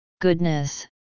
goodness